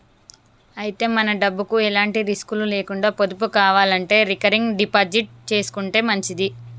అయితే మన డబ్బుకు ఎలాంటి రిస్కులు లేకుండా పొదుపు కావాలంటే రికరింగ్ డిపాజిట్ చేసుకుంటే మంచిది